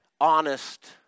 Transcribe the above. honest